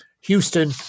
Houston